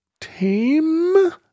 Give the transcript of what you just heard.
tame